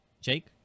Jake